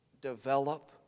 develop